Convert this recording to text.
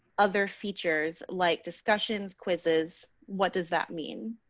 other features like discussions quizzes. what does that mean,